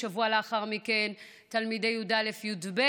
שבוע לאחר מכן תלמידי י"א-י"ב,